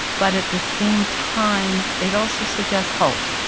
but at the same time, it also suggests hope.